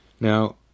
Now